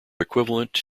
equivalent